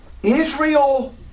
Israel